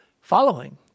following